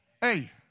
Hey